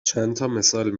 چندتامثال